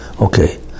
Okay